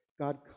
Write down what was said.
God